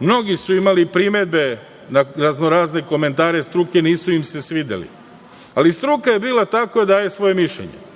Mnogi su imali primedbe na raznorazne komentare struke, nisu im se svideli, ali struka je bila ta koja daje svoje mišljenje.